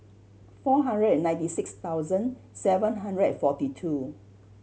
four hundred ninety six thousand seven hundred forty two